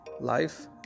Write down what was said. life